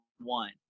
one